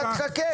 אתה תחכה.